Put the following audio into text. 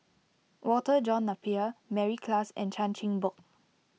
Walter John Napier Mary Klass and Chan Chin Bock